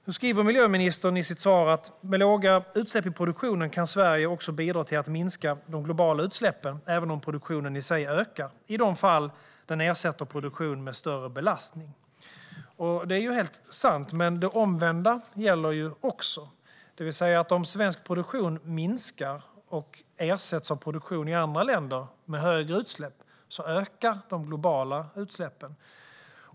Nu sa miljöministern i sitt svar att "med låga utsläpp i produktionen kan Sverige också bidra till att minska de globala utsläppen även om produktionen i sig ökar, i de fall den ersätter produktion med större belastning". Det är helt sant, men det omvända gäller också. Om svensk produktion minskar och ersätts av produktion i andra länder med högre utsläpp ökar de globala utsläppen.